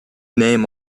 name